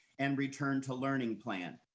and return to learning plan,